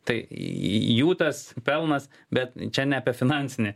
tai jų tas pelnas bet čia ne apie finansinį